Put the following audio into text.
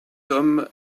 general